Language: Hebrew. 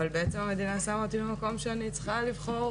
אבל בעצם המדינה שמה אותי במקום שאני צריכה לבחור